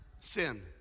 Sin